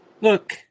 Look